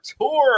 tour